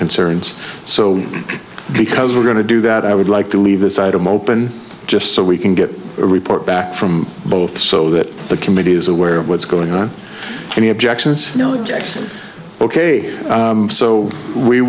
concerns so because we're going to do that i would like to leave this item open just so we can get a report back from both so that the committee is aware of what's going on any objections ok so we